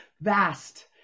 vast